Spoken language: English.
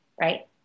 Right